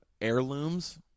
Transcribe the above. heirlooms